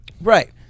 Right